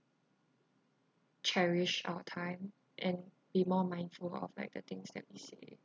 cherish our time and be more mindful of like the things that we say